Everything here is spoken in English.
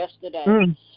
yesterday